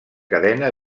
cadena